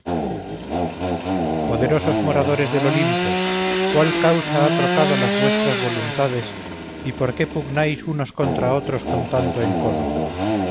poderosos moradores del olimpo cuál causa ha trocado las vuestras voluntades y por qué pugnáis unos contra otros con tanto encono